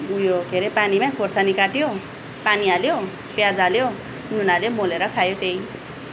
उयो के हरे पानीमा खोर्सानी काट्यो पानी हाल्यो प्याज हाल्यो नुन हाल्यो मोलेर खायो त्यही